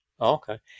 Okay